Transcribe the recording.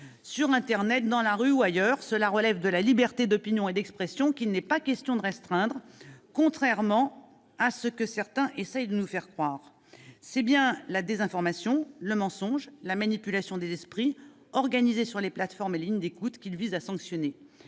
sur internet, dans la rue ou ailleurs. Cela relève de la liberté d'opinion et d'expression, qu'il n'est pas question de restreindre, contrairement à ce que certains essaient de faire accroire. C'est bien la désinformation, le mensonge et la manipulation des esprits organisés sur les plateformes et les lignes d'écoute que ce texte vise à sanctionner.